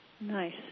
Nice